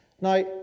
Now